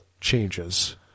changes